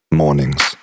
mornings